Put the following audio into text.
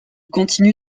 continue